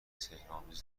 سحرآمیز